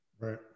Right